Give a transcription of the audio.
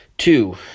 Two